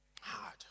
Hard